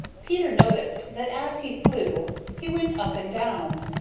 peter noticed that as he flew he went up and down.